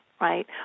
right